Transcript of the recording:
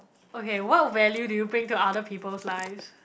okay what value do you bring to other people's lives